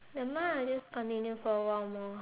nevermind ah just continue for a while more